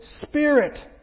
Spirit